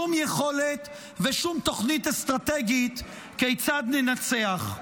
שום יכולת ושום תוכנית אסטרטגית כיצד ננצח.